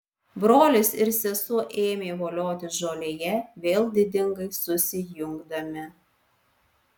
brolis ir sesuo ėmė voliotis žolėje vėl didingai susijungdami